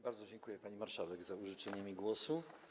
Bardzo dziękuję, pani marszałek, za użyczenie mi głosu.